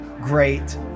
great